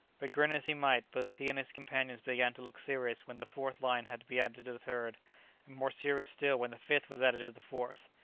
but grin as he might, both he and his companions began to look serious when the fourth line had to be added to the third, and more serious still when the fifth was added to the fourth.